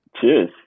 Cheers